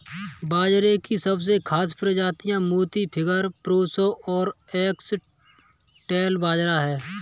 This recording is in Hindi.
बाजरे की सबसे खास प्रजातियाँ मोती, फिंगर, प्रोसो और फोक्सटेल बाजरा है